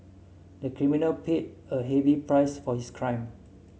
the criminal paid a heavy price for his crime